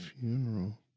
funeral